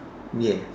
ya